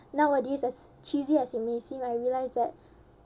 nowadays as cheesy as it may seem I realised that